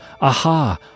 aha